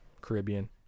Caribbean